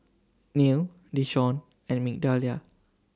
Neal Deshawn and Migdalia